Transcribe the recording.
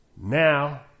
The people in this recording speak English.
Now